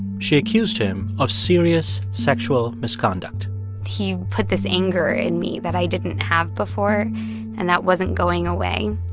she accused him of serious sexual misconduct he put this anger in me that i didn't have before and that wasn't going away.